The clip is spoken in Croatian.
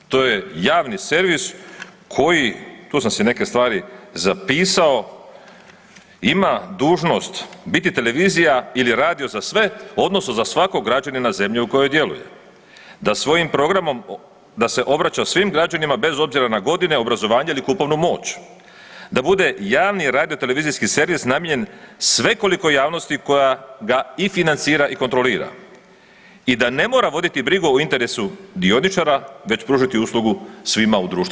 To je javni servis koji tu sam si neke stvari zapisao, ima dužnost biti Televizija ili Radio za sve odnosno za svakog građanina zemlje u kojoj djeluje, a svojim programom da se obraća svim građanima bez obzira na godine, obrazovanje ili kupovnu moć, da bude javni radiotelevizijski servis namijenjen svekolikoj javnosti koja ga i financira i kontrolira i da ne mora voditi brigu o interesu dioničara već pružiti uslugu svima u društvu.